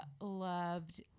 loved